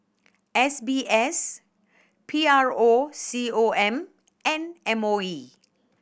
S B S P R O C O M and M O E